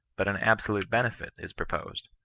but an absolute benefit is proposed.